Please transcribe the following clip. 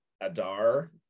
Adar